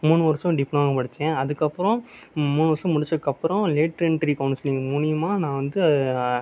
மூன்று வருடம் டிப்ளமோ படிச்சேன் அதுக்கப்புறம் மூன்று வருடம் முடிச்சதுக்கப்புறம் லேட் என்ட்ரி கவுன்சிலிங்க் மூலியமா நான் வந்து